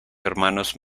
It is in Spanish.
hermanos